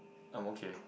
I'm okay